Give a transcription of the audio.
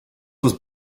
was